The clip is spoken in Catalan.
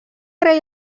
rei